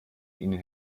ihnen